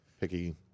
picky